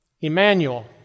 Emmanuel